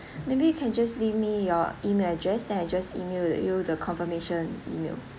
maybe you can just leave me your email address then I just email you the confirmation email